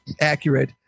accurate